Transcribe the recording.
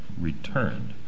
returned